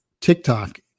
TikTok